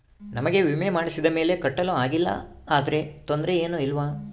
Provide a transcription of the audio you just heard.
ನಮಗೆ ವಿಮೆ ಮಾಡಿಸಿದ ಮೇಲೆ ಕಟ್ಟಲು ಆಗಿಲ್ಲ ಆದರೆ ತೊಂದರೆ ಏನು ಇಲ್ಲವಾ?